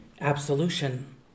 absolution